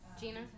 Gina